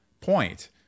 point